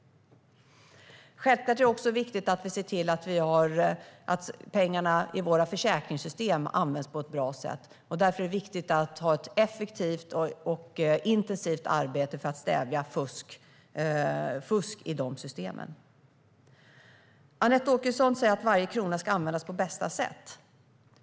Självklart är det också viktigt att se till att pengarna i våra försäkringssystem används på ett bra sätt. Därför är det viktigt att ha ett effektivt och intensivt arbete för att stävja fusk i de systemen. Anette Åkesson säger att varje krona ska användas på bästa sätt.